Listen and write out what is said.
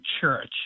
Church